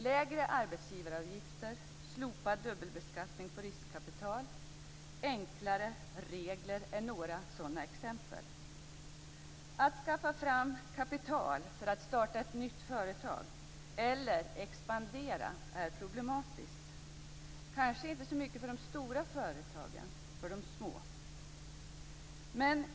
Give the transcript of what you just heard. Lägre arbetsgivaravgifter, slopad dubbelbeskattning på riskkapital och enklare regler är några exempel på det. Att skaffa fram kapital för att starta ett nytt företag eller expandera är problematiskt, kanske inte så mycket för de stora företagen som för de små.